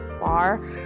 far